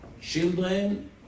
children